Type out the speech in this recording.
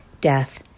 death